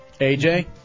AJ